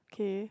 K